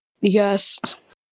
yes